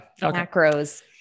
Macros